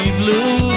blue